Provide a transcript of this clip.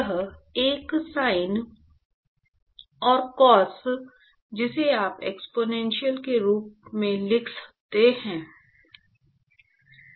तो एक साइन और कोस जिसे आप एक्सपोनेंशियल के रूप में लिख सकते हैं